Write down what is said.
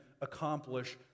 accomplish